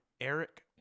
Eric